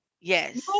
Yes